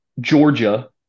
Georgia –